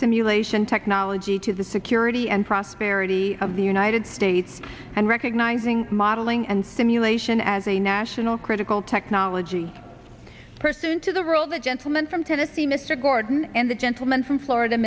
simulation technology to the security and prosperity of the united states and recognizing modeling and simulation as a national critical technology person to the world the gentleman from tennessee mr gordon and the gentleman from florida